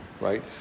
right